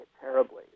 terribly